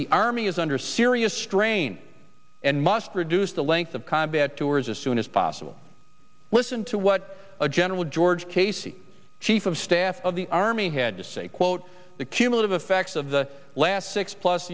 the army is under serious strain and must reduce the length of combat tours as soon as possible listen to what general george casey chief of staff of the army had to say quote the cumulative effects of the last six plus